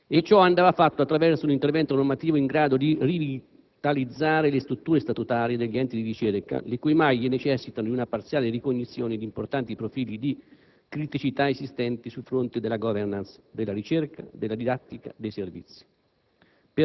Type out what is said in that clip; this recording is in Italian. E ciò andava fatto attraverso un intervento normativo in grado di rivitalizzare le strutture statutarie degli enti di ricerca, le cui maglie necessitano di una parziale ricognizione di importanti profili di criticità esistenti sul fronte della *governance* della ricerca, della didattica e dei servizi.